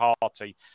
Party